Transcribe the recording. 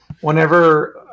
whenever